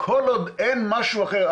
כל עוד אין משהו אחר.